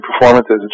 performances